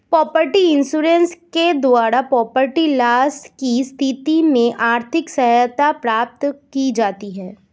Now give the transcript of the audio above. property insurance के द्वारा property loss की स्थिति में आर्थिक सहायता प्राप्त की जाती है